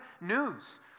news